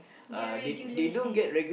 their regulars there